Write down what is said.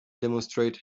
demonstrate